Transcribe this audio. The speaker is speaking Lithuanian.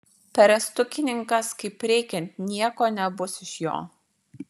perestukininkas kaip reikiant nieko nebus iš jo